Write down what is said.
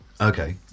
Okay